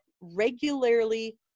regularly